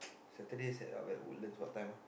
Saturday setup at Woodlands what time ah